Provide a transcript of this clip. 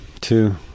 Two